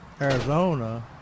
Arizona